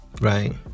Right